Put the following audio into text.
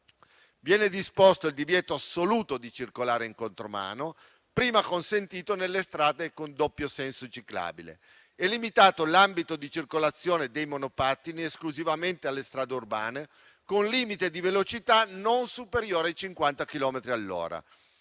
Viene disposto il divieto assoluto di circolare in contromano, prima consentito nelle strade con doppio senso ciclabile. È limitato l'ambito di circolazione dei monopattini esclusivamente alle strade urbane con limite di velocità non superiore ai 50 chilometri all'ora.